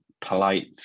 polite